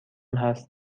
هست